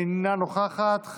אינה נוכחת,